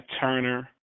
Turner